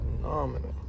phenomenal